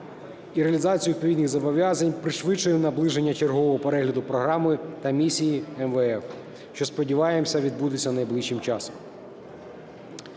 і реалізація відповідних зобов'язань пришвидшує наближення чергового перегляду програми та місії МВФ, що, сподіваємося, відбудеться найближчим часом.